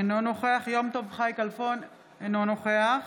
אינו נוכח יום טוב חי כלפון, אינו נוכח